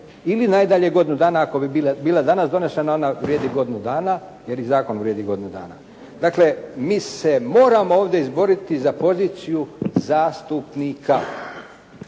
ili najdalje godinu dana. Ako bi bila danas donošena, ona vrijedi godinu dana jer i zakon vrijedi godinu dana. Dakle mi se moramo ovdje izboriti za poziciju zastupnika